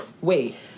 Wait